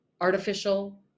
artificial